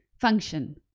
function